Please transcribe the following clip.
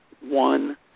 one